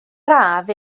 radd